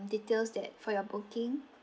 details that for your booking